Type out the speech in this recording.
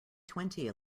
twenty